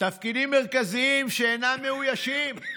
תפקידים מרכזיים שאינם מאוישים: